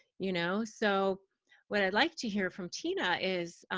you know so what i'd like to hear from tina is